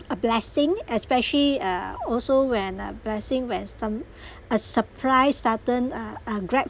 a blessing especially uh also when a blessing when some a surprise sudden uh uh grab